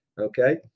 Okay